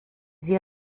sie